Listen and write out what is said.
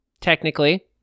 technically